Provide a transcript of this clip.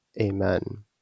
Amen